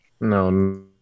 No